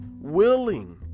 willing